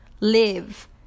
live